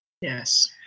Yes